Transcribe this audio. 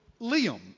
Liam